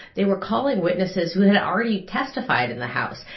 they were calling witnesses who had already testified in the house.